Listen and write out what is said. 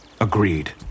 Agreed